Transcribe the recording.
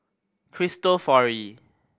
cristofori